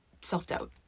self-doubt